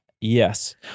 yes